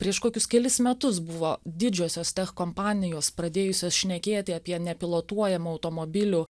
prieš kokius kelis metus buvo didžiosios tech kompanijos pradėjusios šnekėti apie nepilotuojamų automobilių